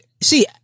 see